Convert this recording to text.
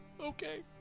Okay